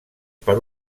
per